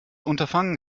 unterfangen